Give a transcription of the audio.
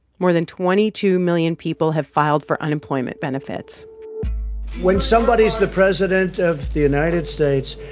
more than twenty two million people have filed for unemployment benefits when somebody's the president of the united states,